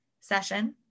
session